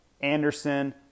Anderson